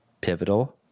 pivotal